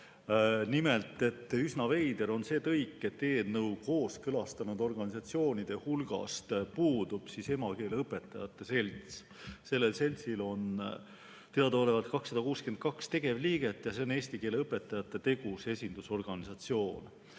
Nimelt, üsna veider on see tõik, et eelnõu kooskõlastanud organisatsioonide hulgast puudub emakeeleõpetajate selts. Sellel seltsil on teadaolevalt 262 tegevliiget ja see on eesti keele õpetajate tegus esindusorganisatsioon. Aga